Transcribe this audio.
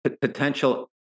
potential